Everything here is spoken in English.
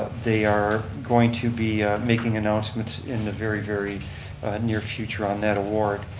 they are going to be making announcements in the very, very new future on that award.